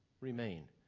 Remain